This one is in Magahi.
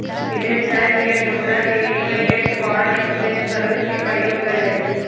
विदेश जाय के लेल मुद्रा के विनिमय लेल फॉरेन एक्सचेंज सर्विस के प्रयोग कएल जाइ छइ